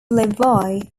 levi